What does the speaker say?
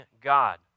God